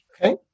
okay